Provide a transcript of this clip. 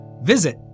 visit